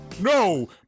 No